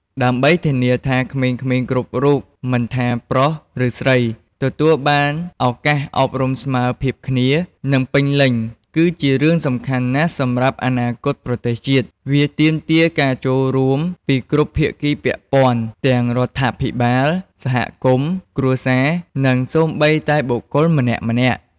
ដើម្បីធានាថាក្មេងៗគ្រប់រូប មិនថាប្រុសឬស្រី ទទួលបានឱកាសអប់រំស្មើភាពគ្នា និងពេញលេញ គឺជារឿងសំខាន់ណាស់សម្រាប់អនាគតប្រទេសជាតិ វាទាមទារការចូលរួមពីគ្រប់ភាគីពាក់ព័ន្ធ ទាំងរដ្ឋាភិបាល សហគមន៍ គ្រួសារ និងសូម្បីតែបុគ្គលម្នាក់ៗ។។